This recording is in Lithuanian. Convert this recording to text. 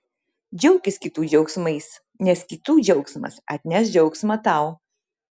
džiaukis kitų džiaugsmais nes kitų džiaugsmas atneš džiaugsmą tau